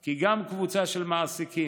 כי גם קבוצה של מעסיקים,